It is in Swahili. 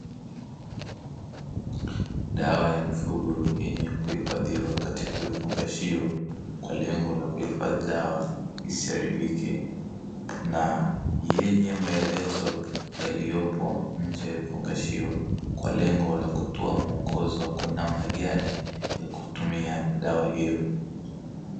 Dawa ya mifugo yenye kuhifadhiwa katika vifungashio kwa lengo la kuhifadhi dawa isiharibike, na yenye maelezo yaliyopo njefungashio kwa lengo la kutoa mwongozo wa kwa namna gani ya kutumia dawa hiyo